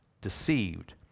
deceived